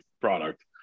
product